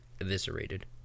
eviscerated